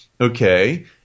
Okay